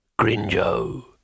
Grinjo